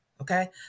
Okay